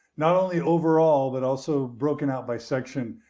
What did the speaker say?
not only overall, but also broken out by section,